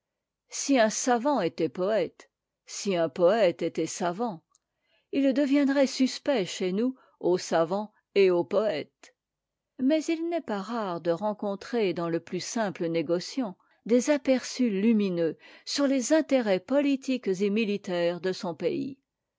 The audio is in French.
si un savant était poëte si un poëte était savant ils deviendraient suspects chez nous aux savants et aux poëtes mais il n'est pas rare de rencontrer dans le plus simple négociant des aperçus lumineux sur les intérêts politiques et militaires de son pays